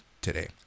today